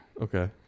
Okay